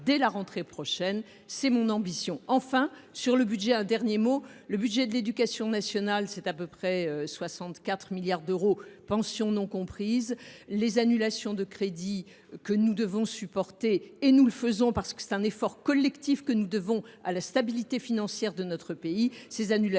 dès la rentrée prochaine. C’est mon ambition. Enfin, un dernier mot sur le budget de l’éducation nationale, qui représente à peu près 64 milliards d’euros, pensions non comprises. Les annulations de crédits que nous devons supporter – nous le faisons parce que c’est un effort collectif nécessaire à la stabilité financière de notre pays – représentent